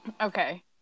Okay